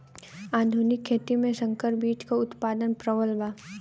आधुनिक खेती में संकर बीज क उतपादन प्रबल बा